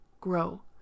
grow